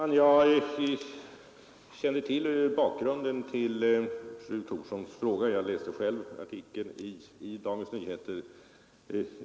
Herr talman! Jag känner till bakgrunden till fru Thorssons fråga — jag läste själv artikeln i Dagens Nyheter.